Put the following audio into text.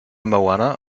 moana